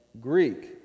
Greek